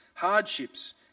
Hardships